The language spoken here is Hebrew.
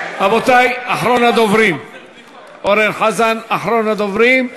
רבותי, אורן חזן, אחרון הדוברים.